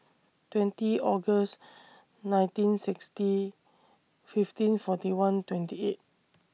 twenty August nineteen sixty fifteen forty one twenty eight